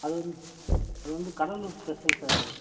அது வந் அது வந்து கடலூர் ஸ்பெஷல் சார் அது